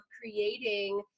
creating